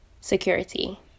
security